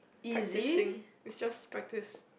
practicing it's just practice